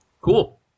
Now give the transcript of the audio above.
Cool